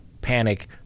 panic